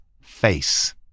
face